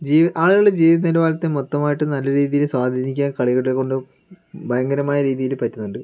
ജീ ആളുകളുടെ ജീവിത നിലവാരത്തെ മൊത്തമായിട്ടും നല്ല രീതിയിൽ സ്വാധീനിക്കാൻ കളികളെക്കൊണ്ട് ഭയങ്കരമായ രീതിയിൽ പറ്റുന്നുണ്ട്